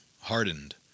hardened